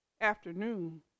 afternoon